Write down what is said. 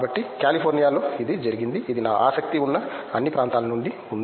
కాబట్టి కాలిఫోర్నియాలో ఇది జరుగుతుంది ఇది నా ఆసక్తి ఉన్న అన్ని ప్రాంతాల నుండి ఉంది